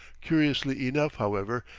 curiously enough, however,